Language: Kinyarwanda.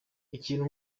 ikintu